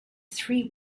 three